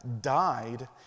died